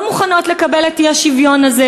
לא מוכנות לקבל את האי-שוויון הזה